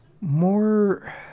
more